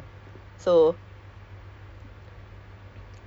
ya I just nak keluar rumah you know have your own